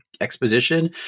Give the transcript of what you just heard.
exposition